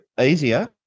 easier